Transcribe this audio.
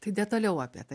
tai detaliau apie tai